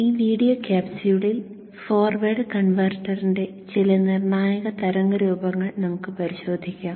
ഈ വീഡിയോ കാപ്സ്യൂളിൽ ഫോർവേഡ് കൺവെർട്ടറിന്റെ ചില നിർണായക തരംഗരൂപങ്ങൾ നമുക്ക് പരിശോധിക്കാം